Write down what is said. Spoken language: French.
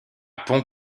pont